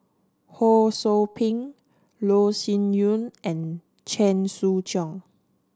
Ho Sou Ping Loh Sin Yun and Chen Sucheng